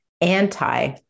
anti